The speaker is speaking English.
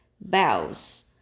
bells